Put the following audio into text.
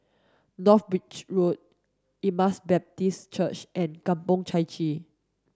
North Bridge Road Emmaus Baptist Church and Kampong Chai Chee